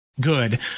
good